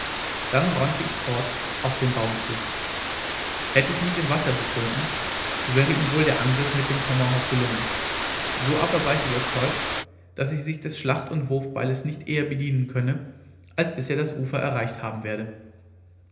dann rannte ich fort auf den baum zu hätte ich mich im wasser befunden so wäre ihm wohl der angriff mit dem tomahawk gelungen so aber war ich überzeugt daß er sich des schlacht und wurfbeiles nicht eher bedienen könne als bis er das ufer erreicht haben werde